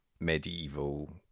medieval